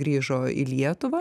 grįžo į lietuvą